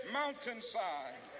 mountainside